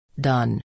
Done